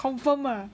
confirm ah